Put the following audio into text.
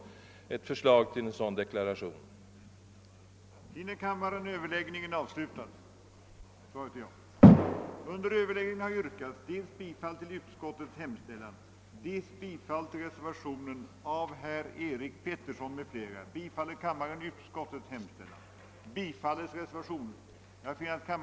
Kungl. Maj:t hemställa att trafikbullerutredningen genom tilläggsdirektiv gåves i uppdrag att utarbeta förslag till riksnormer för buller.